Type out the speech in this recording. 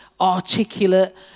articulate